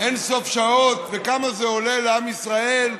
אין-סוף שעות, וכמה זה עולה לעם ישראל,